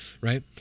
Right